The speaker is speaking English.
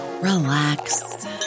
relax